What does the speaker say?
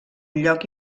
lloc